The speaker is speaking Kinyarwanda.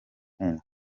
kumva